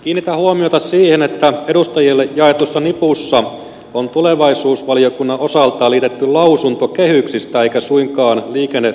kiinnitän huomiota siihen että edustajille jaetussa nipussa on tulevaisuusvaliokunnan osalta liitetty lausunto kehyksistä eikä suinkaan liikenneselonteosta